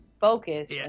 focus